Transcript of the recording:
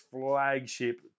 flagship